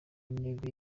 w’intebe